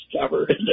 covered